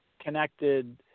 connected